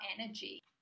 energy